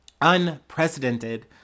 unprecedented